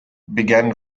began